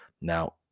Now